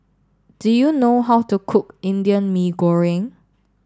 do you know how to cook Indian Mee Goreng